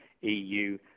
EU